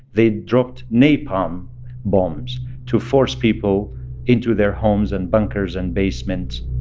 they dropped napalm bombs to force people into their homes and bunkers and basements.